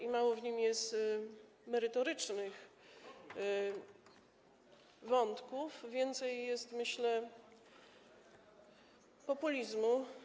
i mało w nim jest merytorycznych wątków, więcej jest, myślę, populizmu.